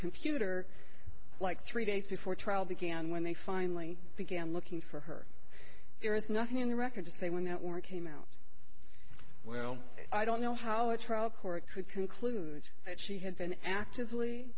computer like three days before trial began when they finally began looking for her there is nothing in the record to say when that word came out well i don't know how a trial court could conclude that she had been actively